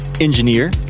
engineer